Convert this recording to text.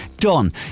Done